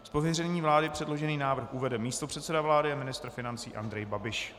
Z pověření vlády předložený návrh uvede místopředseda vlády a ministr financí Andrej Babiš.